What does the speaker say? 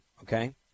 okay